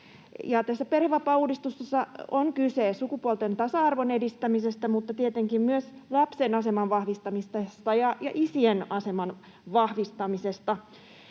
perhevapaauudistuksessa on kyse sukupuolten tasa-arvon edistämisestä, mutta tietenkin myös lapsen aseman vahvistamisesta ja isien aseman vahvistamisesta.